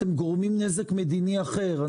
אתם גורמים נזק מדיני אחר.